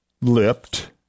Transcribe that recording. lipped